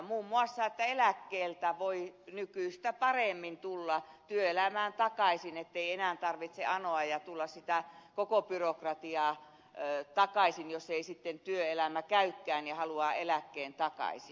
muun muassa eläkkeeltä voi nykyistä paremmin tulla työelämään takaisin ettei enää tarvitse anoa ja mennä taas läpi sitä koko byrokratiaa jos ei sitten työelämä käykään ja haluaa eläkkeen takaisin